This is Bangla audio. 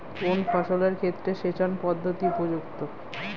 কোন ফসলের ক্ষেত্রে সেচন পদ্ধতি উপযুক্ত?